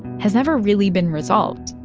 has never really been resolved.